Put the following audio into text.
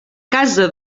casa